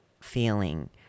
feeling